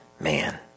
man